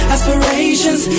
Aspirations